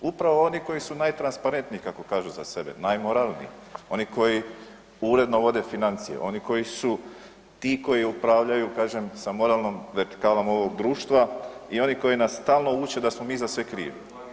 Upravo oni koji su najtransparentniji kako kažu za sebe, najmoralniji, oni koji uredno vode financije, oni koji su ti koji upravljaju, kažem, sa moralnom vertikalom ovog društva i oni koji nas stalno uče da smo mi za sve krivi.